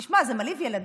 תשמע, זה מלהיב ילדים.